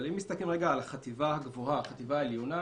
אבל אם מסתכלים על החטיבה הגבוהה ועל החטיבה העליונה,